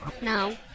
No